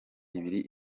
ibiri